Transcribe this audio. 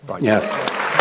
yes